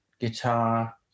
guitar